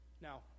Now